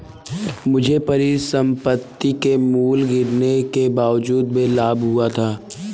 मुझे परिसंपत्ति के मूल्य गिरने के बावजूद भी लाभ हुआ था